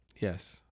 Yes